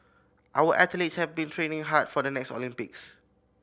our athletes have been training hard for the next Olympics